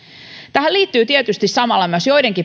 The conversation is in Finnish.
tähän liittyy tietysti samalla myös joidenkin